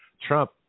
Trump